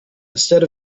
instead